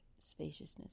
spaciousness